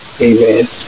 Amen